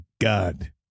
God